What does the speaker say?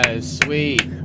Sweet